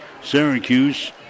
Syracuse